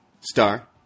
star